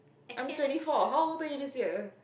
I'm twenty four how old are you this year